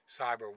cyber